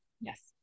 Yes